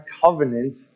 covenant